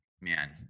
man